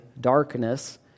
darkness